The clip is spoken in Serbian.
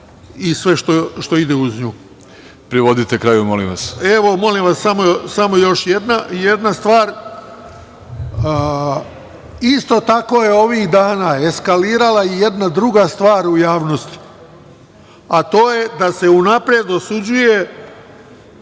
i sve što ide uz nju.